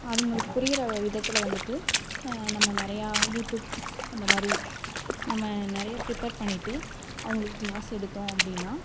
அவங்களுக்கு புரிகிற விதத்தில் வந்துட்டு நம்ம நிறையா யூடியூப் இந்த மாதிரி நம்ம நிறைய ப்ரீப்பேர் பண்ணிட்டு அவங்களுக்கு கிளாஸ் எடுத்தோம் அப்படினா